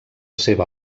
seva